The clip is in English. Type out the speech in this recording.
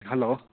hello